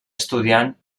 estudiant